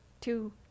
two